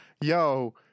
yo